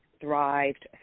thrived